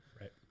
Right